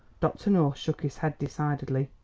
dr. north shook his head decidedly.